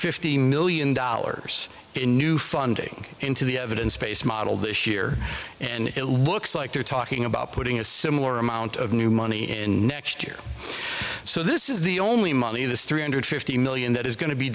fifty million dollars in new funding into the evidence base model this year and it looks like they're talking about putting a similar amount of new money in next year so this is the only money this three hundred fifty million that is going to be